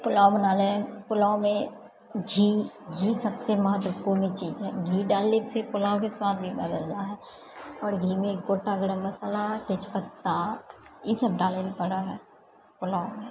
पुलाव बना लए पुलावमे घी घी सबसँ महत्वपूर्ण चीज हैय घी डाललेसँ पुलावके स्वाद भी बदल जा हैय आओर घीमे गोटा गरम मसाला तेजपत्ता ई सब डालै लऽ पड़ै हैय पुलावमे